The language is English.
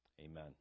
Amen